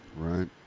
Right